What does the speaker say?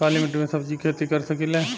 काली मिट्टी में सब्जी के खेती कर सकिले?